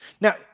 Now